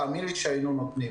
תאמין לי שהיינו נותנים,